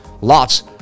Lots